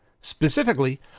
Specifically